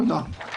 תודה.